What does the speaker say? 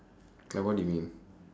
like what do you mean